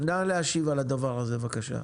נא להשיב על הדבר הזה בבקשה.